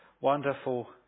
wonderful